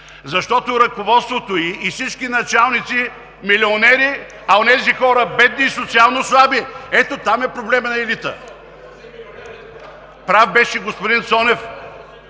защото ръководството ѝ и всички началници са милионери, а онези хора са бедни и социално слаби. Ето там е проблемът на елита. Прав беше господин Цонев